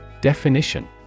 Definition